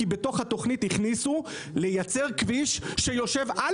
כי בתוך התכנית הכניסו לייצר כביש שיושב על